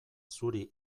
zuri